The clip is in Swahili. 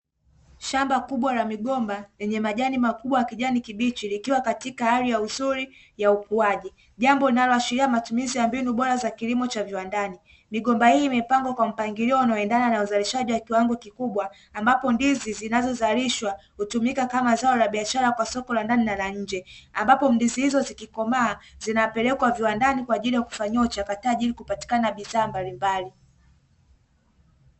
Shamba Kubwa la migomba yenye majani makubwa ya kijani kibichi, likiwa katika hali ya uzuri ya ukuaji jambo ninaloashiria matumizi ya mbinu bora za kilimo cha viwandani, migomba hii imepangwa kwa mpangilio unaoendana na uzalishaji wa kiwango kikubwa ambapo ndizi zinazozalishwa kutumika kama zao la biashara kwa soko la ndani la nje. Ambapo ndizi hizo zikikomaa zinapelekwa viwandani kwa ajili ya kufanyiwa mchakato ili kupatikana bidhaa mbalimbali.